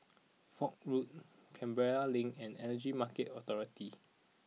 Foch Road Canberra Link and Energy Market Authority